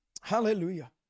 Hallelujah